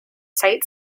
site